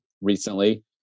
recently